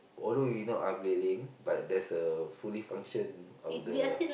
although we not upgrading but there's a fully function of the